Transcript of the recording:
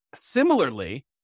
Similarly